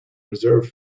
reserve